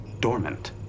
dormant